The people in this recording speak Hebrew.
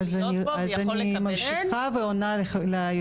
יכול להיות בו ויכול לקבל --- אז אני ממשיכה ועונה ליושבת-ראש.